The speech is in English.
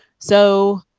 so